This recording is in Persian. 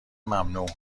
ممنوع